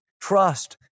trust